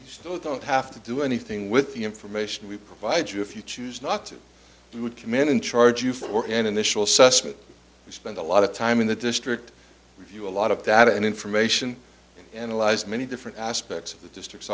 you still don't have to do anything with the information we provide you if you choose not to do a command in charge you for an initial assessment we spend a lot of time in the district review a lot of data and information analyze many different aspects of the district